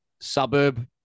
suburb